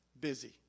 busy